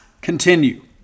continue